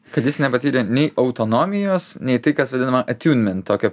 kad jis nepatyrė nei autonomijos nei tai kas vadinama atiunment tokio